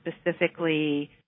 specifically